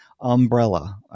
umbrella